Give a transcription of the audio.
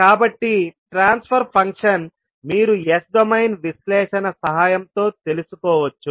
కాబట్టి transfer function మీరు S domain విశ్లేషణ సహాయంతో తెలుసుకోవచ్చు